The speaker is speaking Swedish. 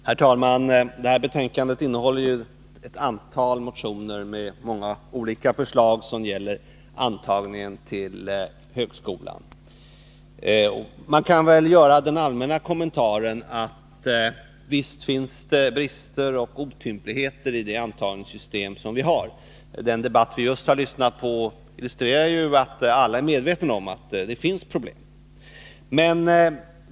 Herr talman! Det här betänkandet innehåller ju ett antal motioner med många olika förslag som gäller antagningen till högskolan. Man kan väl göra den allmänna kommentaren att det visst finns brister och otympligheter i det antagningssystem som vi har. Den debatt som vi just har lyssnat på illusterar ju att alla är medvetna om att det finns problem.